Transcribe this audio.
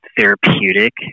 therapeutic